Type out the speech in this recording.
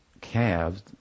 calves